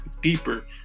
deeper